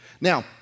Now